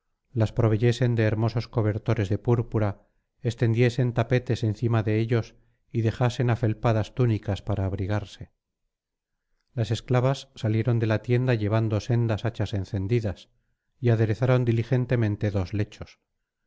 las proveyesen de hermosos cobertores de púrpura extendiesen tapetes encima de ellos y dejasen afelpadas túnicas para abrigarse las esclavas salieron de la tienda llevando sendas hachas encendidas y aderezaron diligentemente dos lechos